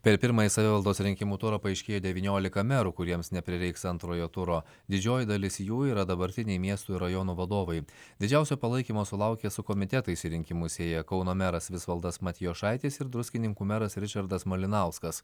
per pirmąjį savivaldos rinkimų turą paaiškėjo devyniolika merų kuriems neprireiks antrojo turo didžioji dalis jų yra dabartiniai miestų ir rajonų vadovai didžiausio palaikymo sulaukė su komitetais į rinkimus ėję kauno meras visvaldas matijošaitis ir druskininkų meras ričardas malinauskas